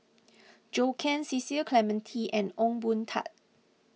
Zhou Can Cecil Clementi and Ong Boon Tat